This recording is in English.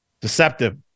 Deceptive